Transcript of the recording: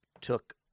took